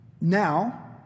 Now